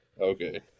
Okay